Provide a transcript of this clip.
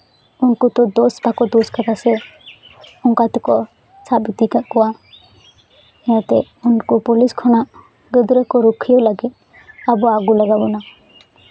ᱩᱱᱠᱩ ᱫᱚ ᱫᱳᱥ ᱵᱟᱠᱚ ᱥᱳᱫ ᱠᱟᱫᱟ ᱥᱮ ᱚᱱᱠᱟ ᱛᱮᱠᱚ ᱥᱟᱵ ᱤᱫᱤ ᱠᱟᱜ ᱠᱚᱣᱟ ᱡᱟᱛᱮ ᱩᱱᱠᱩ ᱯᱩᱞᱤᱥ ᱠᱷᱚᱱᱟᱜ ᱜᱤᱫᱽᱨᱟᱹ ᱠᱚ ᱨᱩᱠᱷᱭᱟᱹ ᱞᱟᱹᱜᱤᱫ ᱟᱵᱚ ᱟᱜᱩ ᱞᱟᱜᱟᱣ ᱵᱚᱱᱟ